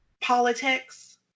politics